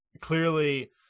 clearly